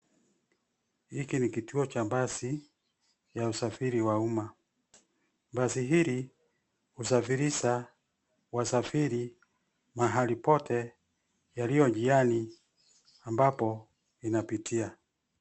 Hiki ni kituo cha basi ya usafiri wa umma. Basi hili husafirisha wasafiri mahali pote yaliyo njiani ambapo inapitia.